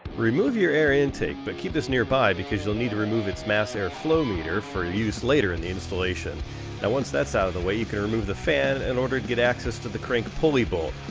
remove your air intake but keep this nearby because you'll need to remove its mass air flow meter. for use later in the installation. now once that's out of the way you can remove the fan in order to get access to the crank pulley bolt.